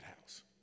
house